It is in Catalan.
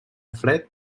fred